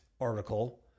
article